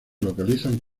localizan